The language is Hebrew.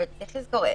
אבל צריך לזכור,